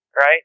right